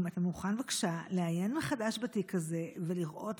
אם אתה מוכן בבקשה לעיין מחדש בתיק הזה ולראות,